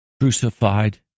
crucified